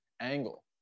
angle